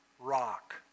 rock